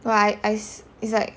right it's like